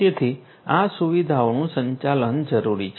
તેથી આ સુવિધાઓનું સંચાલન જરૂરી છે